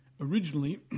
Originally